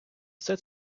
все